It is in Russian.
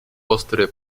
острые